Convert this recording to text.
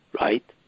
right